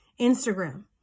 Instagram